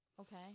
Okay